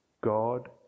God